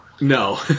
No